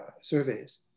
surveys